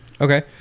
Okay